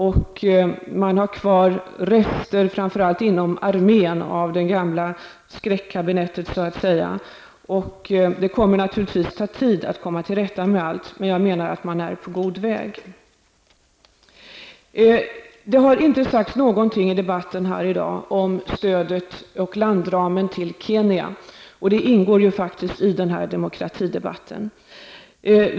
Det finns rester kvar, framför allt inom armén, av det gamla skräckkabinettet. Det kommer naturligtvis att ta tid att komma till rätta med allt, men jag anser att man är på god väg. Det har inte sagts någonting i debatten här i dag om stödet och landramen beträffande Kenya, någonting som faktiskt ingår i denna demokratidebatt.